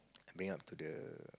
I bring him out to the